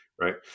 right